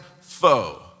foe